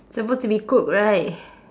supposed to be cooked right